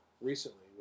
recently